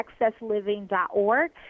accessliving.org